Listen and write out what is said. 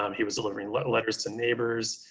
um he was delivering letters letters to neighbors,